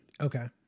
Okay